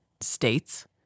states